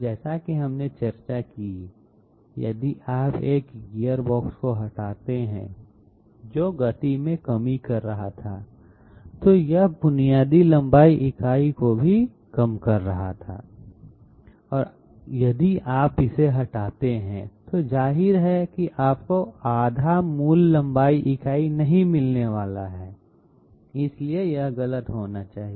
जैसा कि हमने चर्चा की यदि आप एक गियरबॉक्स को हटाते हैं जो गति में कमी कर रहा था तो यह बुनियादी लंबाई इकाई को भी कम कर रहा था और यदि आप इसे हटाते हैं तो जाहिर है कि आपको आधा मूल लंबाई इकाई नहीं मिलने वाली है इसलिए यह गलत होना चाहिए